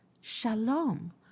shalom